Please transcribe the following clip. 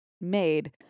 made